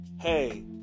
hey